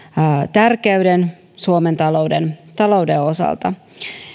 tärkeyden suomen talouden talouden osalta